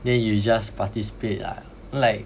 then you just participate ah so like